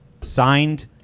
signed